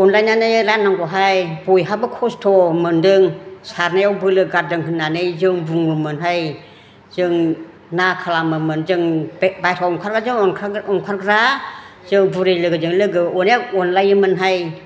अनलायनानै राननांगौहाय बयहाबो खस्त' मोनदों सारनायाव बोलो गारदों होननानै जों बुङोमोनहाय जों ना खालामोमोन जों बे बाहेरायाव ओंखारबा जों ओंखारग्रा जों बुरि लोगोजों लोगो अनेक अनलायोमोनहाय